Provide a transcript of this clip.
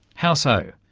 how so?